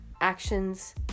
actions